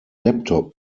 laptop